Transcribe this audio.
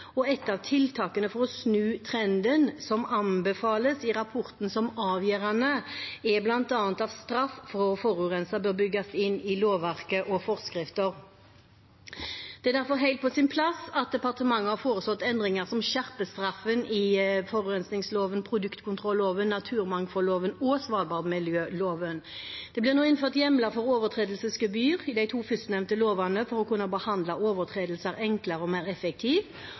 og et av tiltakene for å snu trenden, som anbefales i rapporten som avgjørende, er at straff for å forurense bygges inn i lovverk og forskrifter. Det er derfor helt på sin plass at departementet har foreslått endringer som skjerper straffen i forurensningsloven, produktkontrolloven, naturmangfoldloven og svalbardmiljøloven. Det blir nå innført hjemler for overtredelsesgebyr i de to førstnevnte lovene for å kunne behandle overtredelser enklere og mer